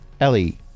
Ellie